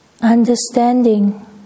understanding